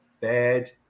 bad